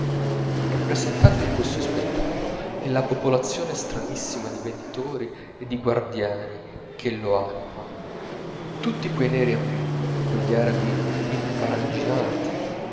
grande rappresentatevi questo spettacolo e la popolazione stranissima di venditori e di guardiani che lo anima tutti quei neri ambigui quegli arabi